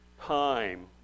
time